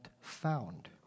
found